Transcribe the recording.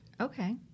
Okay